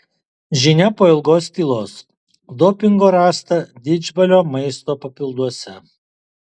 žinia po ilgos tylos dopingo rasta didžbalio maisto papilduose